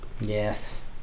yes